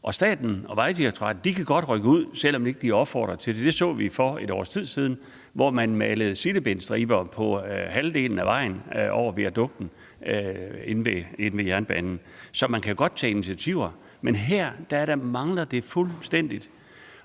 Staten og Vejdirektoratet kan godt rykke ud, selv om de ikke er blevet opfordret til det. Det så vi for et års tid siden, hvor man malede sildebensstriber på halvdelen af vejen over viadukten ved jernbanen. Så man kan godt tage initiativer, men her mangler det fuldstændig.